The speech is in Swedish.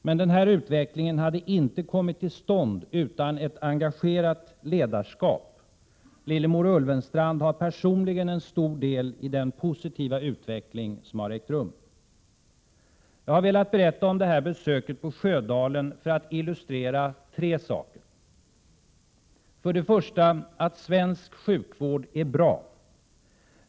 Men den här utvecklingen hade inte kommit till stånd utan ett engagerat ledarskap. Lillemor Ulvenstrand har personligen en stor del i den positiva utveckling som har ägt rum. Jag har velat berätta om det här besöket på Sjödalen för att illustrera tre saker. För det första: Svensk sjukvård är bra.